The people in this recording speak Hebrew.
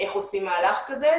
איך עושים מהלך כזה,